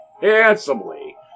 handsomely